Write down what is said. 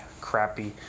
crappy